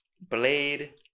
Blade